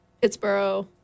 Pittsburgh